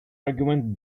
argument